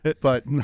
But-